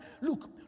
look